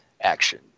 action